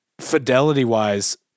fidelity-wise